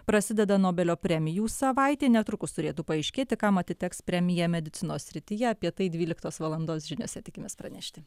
prasideda nobelio premijų savaitė netrukus turėtų paaiškėti kam atiteks premija medicinos srityje apie tai dvyliktos valandos žiniose tikimės pranešti